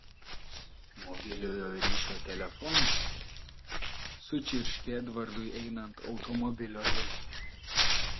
mobiliojo ryšio telefonas sučirškė edvardui einant automobilio link